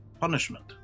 punishment